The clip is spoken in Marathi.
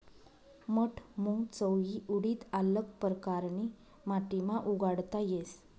मठ, मूंग, चवयी, उडीद आल्लग परकारनी माटीमा उगाडता येस